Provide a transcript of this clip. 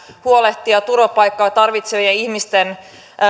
huolehtia turvapaikkaa tarvitsevien ihmisten